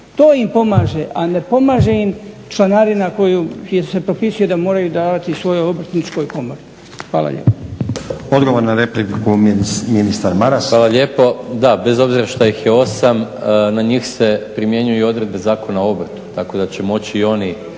To im pomaže, a ne pomaže im članarina koja se propisuje da moraju davati svojoj Obrtničkoj komori. Hvala lijepa. **Stazić, Nenad (SDP)** Odgovor na repliku ministar Maras. **Maras, Gordan (SDP)** Hvala lijepo. Da bez obzira što ih je 8 na njih se primjenjuju odredbe Zakona o obrtu tako da će moći i oni